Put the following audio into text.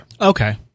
Okay